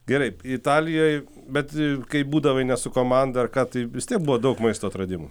gerai italijoj bet kai būdavai ne su komanda ar ką tai vistiek buvo daug maisto atradimų